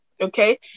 Okay